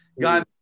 God